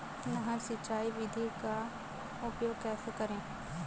नहर सिंचाई विधि का उपयोग कैसे करें?